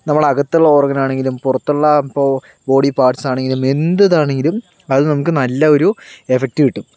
നമ്മളകത്തുള്ള ഓർഗനാണെങ്കിലും പുറത്തുള്ള ഇപ്പോൾ ബോഡി പാർട്ട്സാണെങ്കിലും എന്ത് ഇതാണെങ്കിലും അത് നമുക്ക് നല്ല ഒരു എഫക്ട് കിട്ടും